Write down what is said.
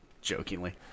jokingly